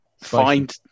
Find